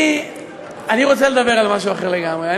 אני רוצה לדבר על משהו אחר לגמרי.